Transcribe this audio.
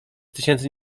tysięcy